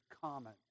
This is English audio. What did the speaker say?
common